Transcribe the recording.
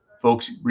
folks